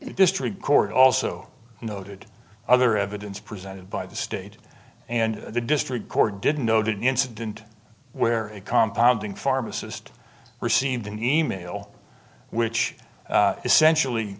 district court also noted other evidence presented by the state and the district court didn't know the incident where a compound in pharmacist received an e mail which essentially